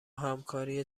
همکاری